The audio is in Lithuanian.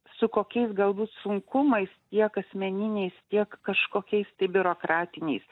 su kokiais galbūt sunkumais tiek asmeniniais tiek kažkokiais tai biurokratiniais